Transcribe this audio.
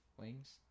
Wings